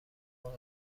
واق